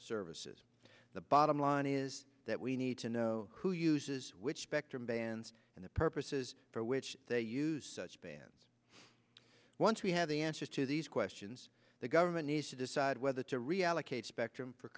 services the bottom line is that we need to know who uses which spectrum bands and the purposes for which they use such bans once we have the answers to these questions the government needs to decide whether to reallocate spectrum for